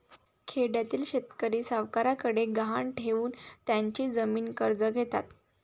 खेड्यातील शेतकरी सावकारांकडे गहाण ठेवून त्यांची जमीन कर्ज घेतात